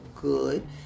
good